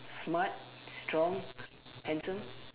smart strong handsome